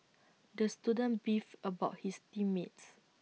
the student beefed about his team mates